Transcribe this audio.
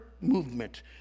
movement